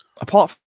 apart